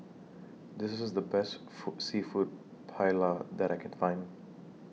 This IS The Best Food Seafood Paella that I Can Find